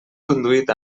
conduït